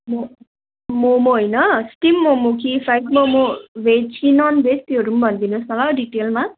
म मोमो होइन स्टिम मोमो कि फ्राइड मोमो भेज कि ननभेज त्योहरू पनि भनिदिनु होस् त्योहरू पनि भनिदिनु होस् न हो डिटेलमा